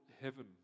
heaven